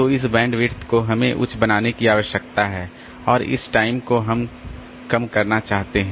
तो इस बैंडविड्थ को हमें उच्च बनाने की आवश्यकता है और इस टाइम को हम कम करना चाहते हैं